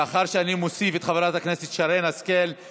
לאחר שאני מוסיף את חברת הכנסת שרן השכל,